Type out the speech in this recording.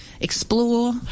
explore